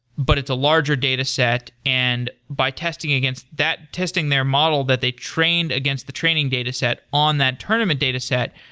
but it's a larger dataset. and by testing against that testing their model that they trained against the training dataset, on that tournament dataset.